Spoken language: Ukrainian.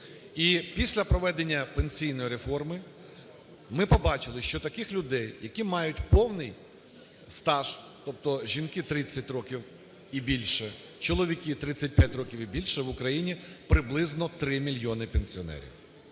після проведення пенсійної реформи ми побачили, що таких людей, які мають повний стаж, тобто жінки 30 років і більше, чоловіки 35 років і більше, в Україні приблизно 3 мільйони пенсіонерів.